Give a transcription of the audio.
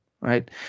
right